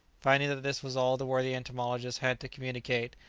finding that this was all the worthy entomologist had to communicate,